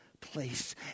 place